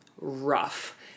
rough